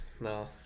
No